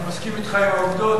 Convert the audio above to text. אני מסכים אתך על העובדות,